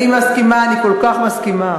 אני מסכימה, אני כל כך מסכימה.